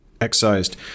excised